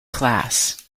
class